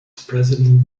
president